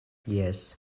jes